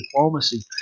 diplomacy